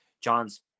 John's